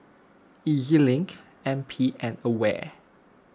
E Z Link N P and Aware